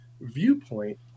viewpoint